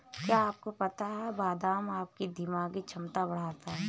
क्या आपको पता है बादाम आपकी दिमागी क्षमता बढ़ाता है?